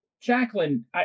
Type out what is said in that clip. Jacqueline